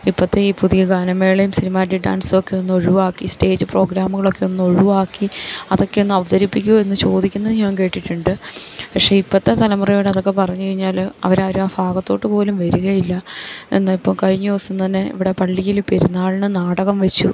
ഇപ്പത്തെ ഈ പുതിയ ഗാനമേളയും സിനിമാറ്റിക് ഡാൻസൊക്കെ ഒന്ന് ഒഴിവാക്കി സ്റ്റേജ് പ്രോഗ്രാമുകളൊക്കെ ഒന്ന് ഒഴിവാക്കി അതൊക്കെ ഒന്ന് അവതരിപ്പിക്കുവോ എന്ന് ചോദിക്കുന്നത് ഞാൻ കേട്ടിട്ടുണ്ട് പക്ഷെ ഇപ്പത്തെ തലമുറയോട് അതൊക്കെ പറഞ്ഞു കഴിഞ്ഞാല് അവരാ ആ ഭാഗത്തോട്ട് പോലും വരികയില്ല എന്നാൽ ഇപ്പം കഴിഞ്ഞ ദിവസം തന്നെ ഇവിടെ പള്ളിയിൽ പെരുന്നാളിന് നാടകം വെച്ചു